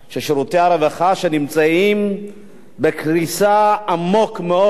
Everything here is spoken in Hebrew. כששירותי הרווחה נמצאים בקריסה, עמוק מאוד,